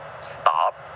stop